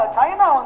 China